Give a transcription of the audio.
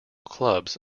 clubs